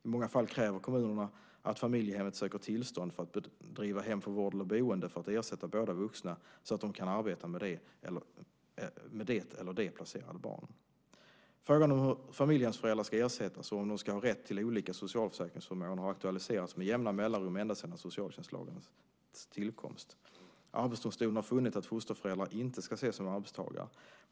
I många fall kräver kommunerna att familjehemmet söker tillstånd för att bedriva hem för vård eller boende för att ersätta båda vuxna så att de kan arbeta med det eller de placerade barnen. Frågan om hur familjehemsföräldrar ska ersättas och om de ska ha rätt till olika socialförsäkringsförmåner har aktualiserats med jämna mellanrum ända sedan socialtjänstlagens tillkomst. Arbetsdomstolen har funnit att fosterföräldrar inte ska ses som arbetstagare.